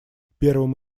первым